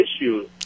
issues